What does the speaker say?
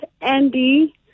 Andy